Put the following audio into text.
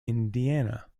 indiana